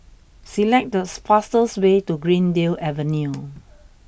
select the fastest way to Greendale Avenue